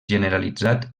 generalitzat